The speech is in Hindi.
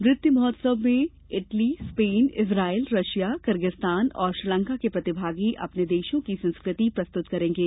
नृत्य महोत्सव में Italy Spain Israel Russia Kyrgyzstan और श्रीलंका के प्रतिभागी अपने देशों की संस्कृति प्रस्तुत करेंगे